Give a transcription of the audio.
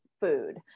food